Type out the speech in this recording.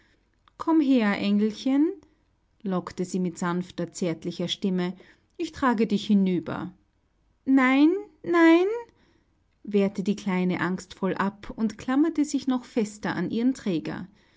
komm her engelchen lockte sie mit sanfter zärtlicher stimme ich trage dich hinüber nein nein wehrte die kleine angstvoll ab und klammerte sich noch fester an ihren träger